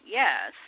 yes